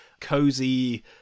cozy